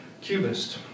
Cubist